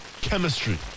Chemistry